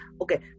okay